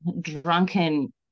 drunken